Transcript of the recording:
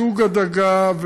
סוג הדגה,